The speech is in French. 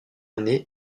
année